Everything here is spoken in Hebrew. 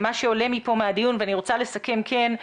אני רוצה לסכם את מה שעלה פה מהדיון.